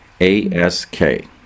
A-S-K